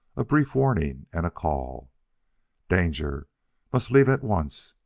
a brief warning and a call danger must leave at once.